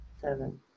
seven